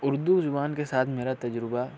اردو زبان کے ساتھ میرا تجربہ